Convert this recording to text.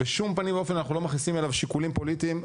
בשום פנים ואופן אנחנו לא מכניסים אליו שיקולים פוליטיים,